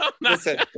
listen